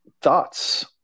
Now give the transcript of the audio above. thoughts